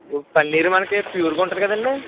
పన్నీరు మనకు ప్యూరుగా ఉంటుంది కదండి